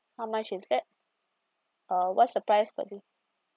how much is that uh what's the price for this